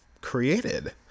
created